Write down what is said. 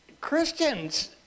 Christians